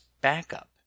backup